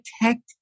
protect